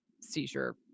seizure